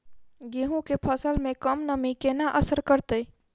गेंहूँ केँ फसल मे कम नमी केना असर करतै?